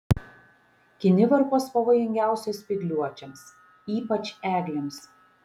kinivarpos pavojingiausios spygliuočiams ypač eglėms